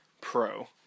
pro